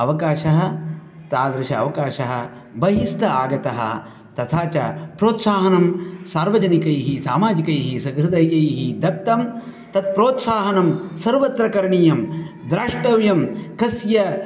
अवकाशः तादृश अवकाशः बहिस्थ आगतः तथा च प्रोत्साहनं सार्वजनिकैः सामाजिकैः सहृदयैः दत्तं तत् प्रोत्साहनं सर्वत्र करणीयं द्रष्टव्यं कस्य